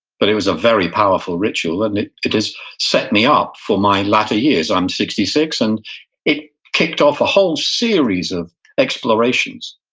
but it was a very powerful ritual and it it has set me up for my latter years. i'm sixty six, and it kicked off a whole series of explorations.